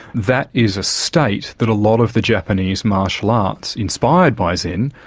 that is a state that a lot of the japanese martial arts, inspired by zen,